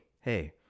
hey